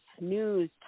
news